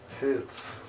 Hits